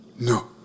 No